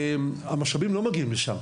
והמשאבים לא מגיעים לשם.